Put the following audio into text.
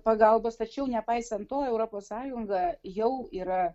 pagalbos tačiau nepaisant to europos sąjunga jau yra